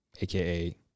AKA